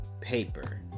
paper